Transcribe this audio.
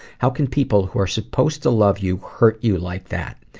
how can people who are supposed to love you hurt you like that?